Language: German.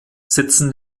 sitzen